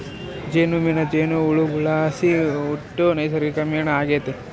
ಜೇನುಮೇಣ ಜೇನುಹುಳುಗುಳ್ಲಾಸಿ ಹುಟ್ಟೋ ನೈಸರ್ಗಿಕ ಮೇಣ ಆಗೆತೆ